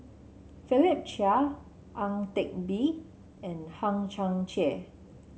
Philip Chia Ang Teck Bee and Hang Chang Chieh